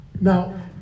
Now